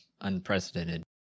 unprecedented